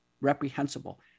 reprehensible